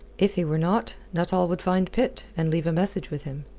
if he were not, nuttall would find pitt, and leave a message with him.